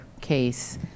case